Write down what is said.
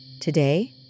Today